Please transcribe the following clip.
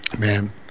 Man